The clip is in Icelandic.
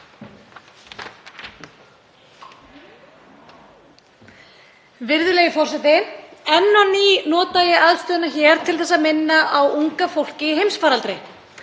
Virðulegi forseti. Enn á ný nota ég aðstöðu mína hér til að minna á unga fólkið í heimsfaraldri.